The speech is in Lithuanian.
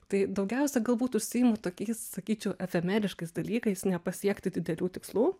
tai daugiausia galbūt užsiimu tokiais sakyčiau efemeriškais dalykais nepasiekti didelių tikslų